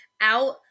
out